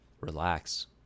Relax